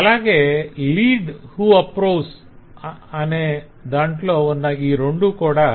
అలాగే 'lead who approves' లో ఉన్న ఈ రెండూ కూడా